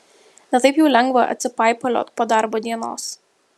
ne taip jau lengva atsipaipaliot po darbo dienos